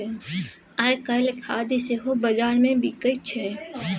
आयकाल्हि खाद सेहो बजारमे बिकय छै